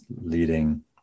leading